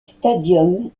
stadium